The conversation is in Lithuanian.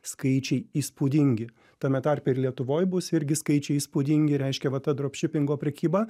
skaičiai įspūdingi tame tarpe ir lietuvoj bus irgi skaičiai įspūdingi reiškia va ta dropšipingo prekyba